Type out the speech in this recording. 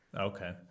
Okay